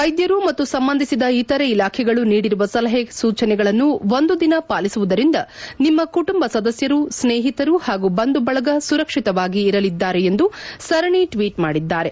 ವೈದ್ಧರು ಮತ್ತು ಸಂಬಂಧಿಸಿದ ಇತರೆ ಇಲಾಖೆಗಳು ನೀಡಿರುವ ಸಲಹೆ ಸೂಚನೆಗಳನ್ನು ಒಂದು ದಿನ ಪಾಲಿಸುವುದರಿಂದ ನಿಮ್ಮ ಕುಟುಂಬ ಸದಸ್ದರು ಸ್ನೇಹಿತರು ಹಾಗೂ ಬಂಧು ಬಳಗ ಸುರಕ್ಷಿತವಾಗಿ ಇರಲಿದ್ದಾರೆ ಎಂದು ಸರಣೆ ಟ್ವೀಟ್ ಮಾಡಿದ್ದಾರೆ